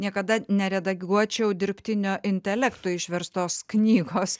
niekada nereaguočiau dirbtinio intelekto išverstos knygos